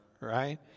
Right